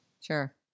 Sure